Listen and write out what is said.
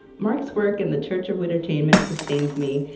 mark's work and the church of wittertainment sustains me,